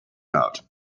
out